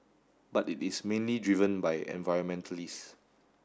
but it is mainly driven by environmentalists